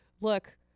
look